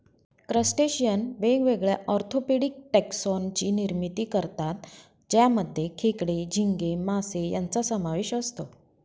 crustacean वेगवेगळ्या orthopaedic taxon ची निर्मिती करतात ज्यामध्ये खेकडे, झिंगे, मासे यांचा समावेश असतो